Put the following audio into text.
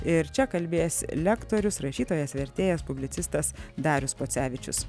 ir čia kalbės lektorius rašytojas vertėjas publicistas darius pocevičius